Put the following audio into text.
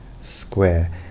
square